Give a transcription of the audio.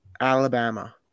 Alabama